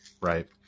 Right